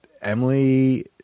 Emily